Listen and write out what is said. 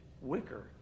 Wicker